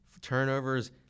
turnovers